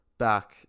Back